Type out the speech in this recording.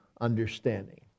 understanding